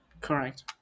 Correct